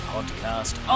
Podcast